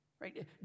right